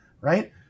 right